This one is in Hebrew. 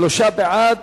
שלושה בעד,